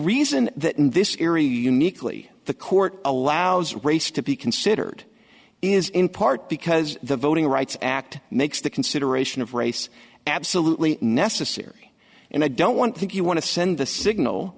reason that in this era uniquely the court allows race to be considered is in part because the voting rights act makes the consideration of race absolutely necessary and i don't want think you want to send the